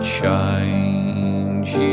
change